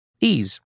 Ease